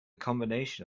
combination